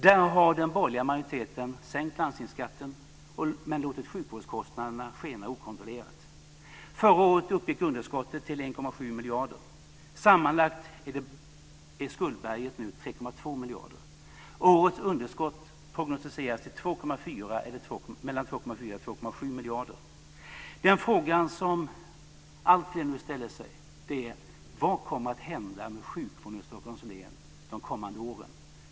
Där har den borgerliga majoriteten sänkt landstingsskatten men låtit sjukvårdskostnaderna skena okontrollerat. Förra året uppgick underskottet till 1,7 miljarder. Sammanlagt är skuldberget nu 3,2 miljarder. Årets underskott prognostiseras till mellan 2,4 och 2,7 miljarder. De frågor som alltfler nu ställer sig är: Vad kommer att hända med sjukvården i Stockholms län de kommande åren?